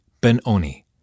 Benoni